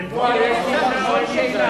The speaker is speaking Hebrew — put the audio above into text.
בבקשה.